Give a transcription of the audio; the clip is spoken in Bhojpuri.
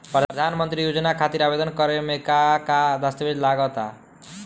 प्रधानमंत्री योजना खातिर आवेदन करे मे का का दस्तावेजऽ लगा ता?